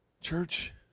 Church